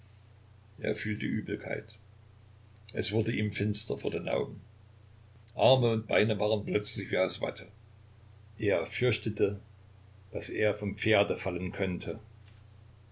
er fühlte übelkeit es wurde ihm finster vor den augen arme und beine waren plötzlich wie aus watte er fürchtete daß er vom pferde fallen könnte